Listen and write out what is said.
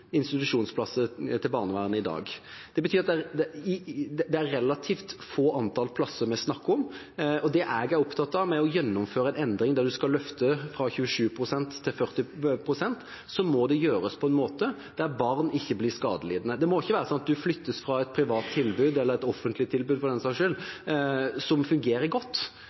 institusjonsplasser til barnevernet i dag. Det betyr at det er relativt få antall plasser vi snakker om. Det jeg er opptatt av med å gjennomføre en endring der man skal løfte fra 27 pst. til 40 pst., er at det må gjøres på en måte der barn ikke blir skadelidende. Det må ikke være sånn at man flyttes fra et privat tilbud – eller et offentlig tilbud, for den saks skyld – som fungerer godt